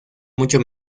mucho